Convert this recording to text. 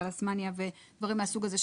תלסמיה ודברים מהסוג הזה,